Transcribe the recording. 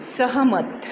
सहमत